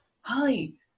Holly